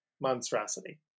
monstrosity